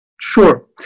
Sure